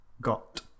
got